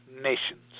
nations